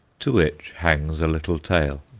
to which hangs a little tale.